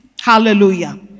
Hallelujah